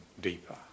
deeper